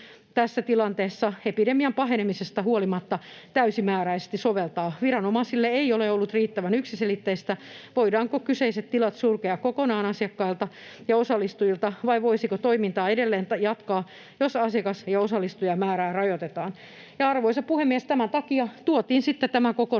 tässä tilanteessa epidemian pahenemisesta huolimatta täysimääräisesti soveltaa. Viranomaisille ei ole ollut riittävän yksiselitteistä, voidaanko kyseiset tilat sulkea kokonaan asiakkailta ja osallistujilta vai voisiko toimintaa edelleen jatkaa, jos asiakas- ja osallistujamäärää rajoitetaan. Ja, arvoisa puhemies, tämän takia tuotiin sitten tämä kokonaisuus